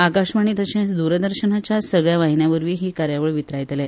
आकाशवाणी तशेंच द्रदर्शनाच्या सगळ्या वाहिन्यां वरवीं ही कार्यावळ वितरायतले